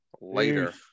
Later